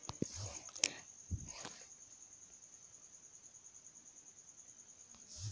चाय की खेती के लिए सबसे उपयुक्त मिट्टी लैटराइट मिट्टी है